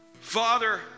Father